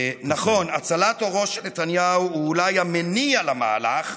נכון, הצלת עורו של נתניהו הוא אולי המניע למהלך,